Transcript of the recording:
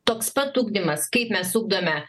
toks pat ugdymas kaip mes ugdome